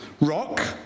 rock